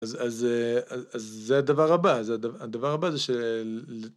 ‫אז זה הדבר הבא. ‫הדבר הבא זה של...